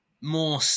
more –